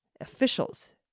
officials